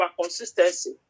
consistency